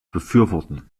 befürworten